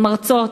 המרצות,